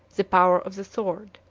the power of the sword.